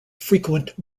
frequent